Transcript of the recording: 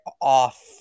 off